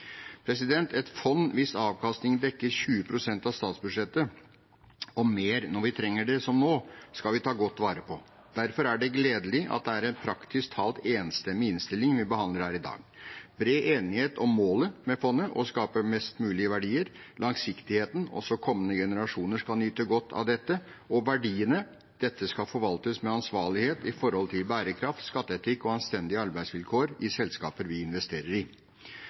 Et fond, hvis avkastning dekker 20 pst. av statsbudsjettet – og mer når vi trenger det, som nå – skal vi ta godt vare på. Derfor er det gledelig at det praktisk talt er en enstemmig innstilling vi behandler her i dag. Det er bred enighet om målet med fondet – å skape mest mulig verdier langsiktigheten – også kommende generasjoner skal nyte godt av dette verdiene – skal forvaltes med ansvarlighet når det gjelder bærekraft, skatteetikk og anstendige arbeidsvilkår i selskaper vi investerer i